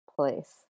place